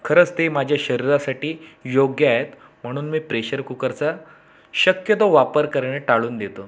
खरंच ते माझ्या शरीरासाठी योग्य आहेत म्हणून मी प्रेशर कुकरचा शक्यतो वापर करणे टाळून देतो